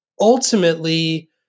ultimately